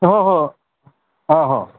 हो हो हो हो